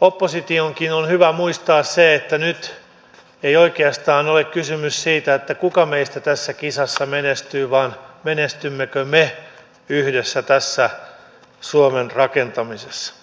oppositionkin on hyvä muistaa se että nyt ei oikeastaan ole kysymys siitä kuka meistä tässä kisassa menestyy vaan siitä menestymmekö me yhdessä tässä suomen rakentamisessa